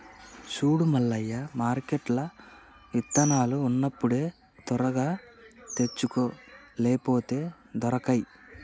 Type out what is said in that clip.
సూడు మల్లయ్య మార్కెట్ల ఇత్తనాలు ఉన్నప్పుడే తొందరగా తెచ్చుకో లేపోతే దొరకై